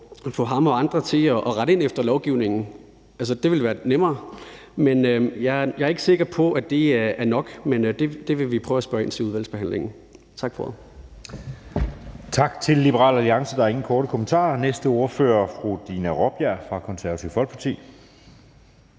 kan få ham og andre til at rette ind efter lovgivningen. Så ville det være nemmere, men jeg er ikke sikker på at det er nok. Det vil vi prøve at spørge ind til i udvalgsbehandlingen. Tak for ordet.